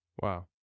Wow